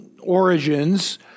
origins